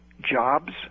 jobs